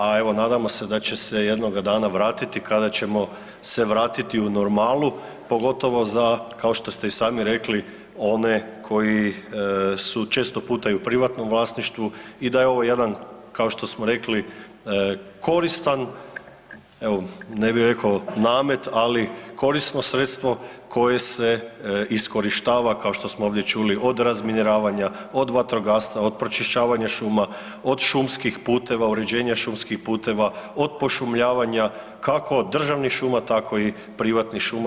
A evo nadamo se da će se jednoga dana vratiti kada ćemo se vratiti u normalu pogotovo za kao što ste i sami rekli one koji su često puta i u privatnom vlasništvu i da je ovo jedan kao što smo rekli koristan, evo ne bih rekao namet ali korisno sredstvo koje se iskorištava kao što smo ovdje čuli od razminiravanja, od vatrogastva, od pročišćavanja šuma, od šumskih puteva, uređenja šumskih puteva, od pošumljavanja kako državnih šuma tako i privatnih šuma.